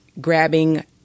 grabbing